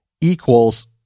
equals